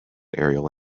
aerial